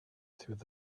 through